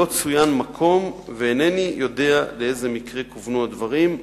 לא צוין מקום ואינני יודע לאיזה מקרה כוונו הדברים.